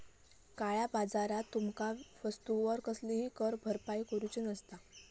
काळया बाजारात तुमका वस्तूवर कसलीही कर भरपाई करूची नसता